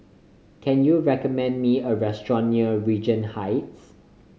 can you recommend me a restaurant near Regent Heights